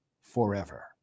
forever